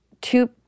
two